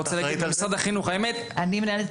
משרד החינוך אני רוצה להגיד,